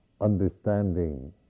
understanding